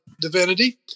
Divinity